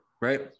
right